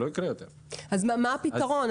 מה הפתרון?